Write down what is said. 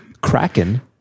Kraken